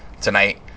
tonight